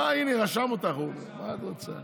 מה, הינה, הוא רשם אותך, מה את רוצה?